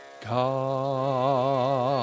God